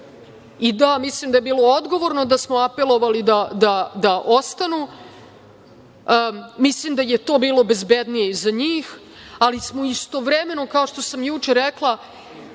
mislim da je bilo odgovorno da smo apelovali da ostanu. Mislim da je to bilo bezbednije i za njih, ali smo istovremeno, kao što sam juče rekla